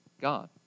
God